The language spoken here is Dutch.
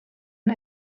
een